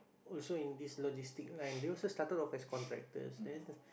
also in this logistic line they also started off as contractors then